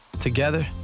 Together